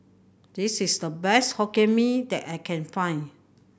this is the best Hokkien Mee that I can find